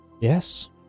yes